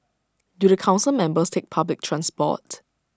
do the Council members take public transport